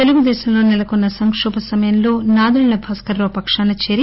తెలుగుదేశంలో నెలకొన్న సంకోభ సమయంలో నాదెండ్ల భాస్కరరావు పకాన చేరి